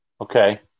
Okay